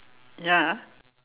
ya